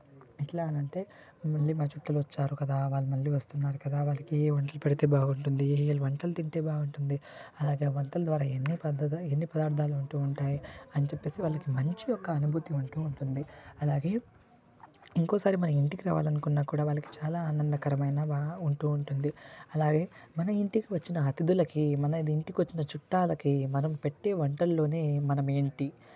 ఎట్లా అని అంటే మళ్ళీ మా చుట్టాలు వచ్చారు కదా వాళ్ళు మళ్ళీ వస్తున్నారు కదా వాళ్ళకి ఏం వండి పెడితే బాగుంటుంది ఏ ఏ వంటలు తింటే బాగుంటుంది అలాగే వంటల ద్వారా ఎన్ని పద్ధతు ఎన్ని పదార్థాలు ఉంటు ఉంటాయి అని చెప్పేసి వాళ్ళకి మంచిగా ఒక అనుభూతి ఉంటూ ఉంటుంది అలాగే ఇంకోసారి మన ఇంటికి రావాలన్నా కూడా వాళ్ళకి చాలా ఆనందకరమైనవిగా ఉంటు ఉంటుంది అలాగే మన ఇంటికి వచ్చిన అతిథులుకి మన ఇంటికి వచ్చిన చుట్టాలకి మనం పెట్టే వంటల్లోనే మనం ఏంటి